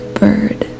bird